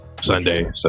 Sunday